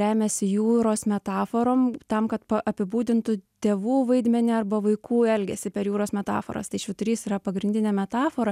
remiasi jūros metaforom tam kad pa apibūdintų tėvų vaidmenį arba vaikų elgesį per jūros metaforas tai švyturys yra pagrindinė metafora